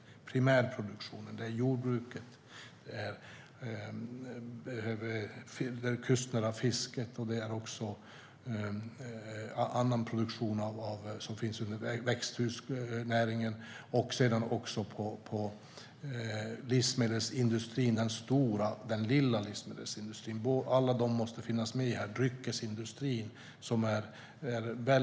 Det gäller primärproduktionen, jordbruket, det kustnära fisket och annan produktion som finns inom växthusnäringen samt den stora och lilla livsmedelsindustrin. Alla måste finnas med. Det gäller dryckesindustrin.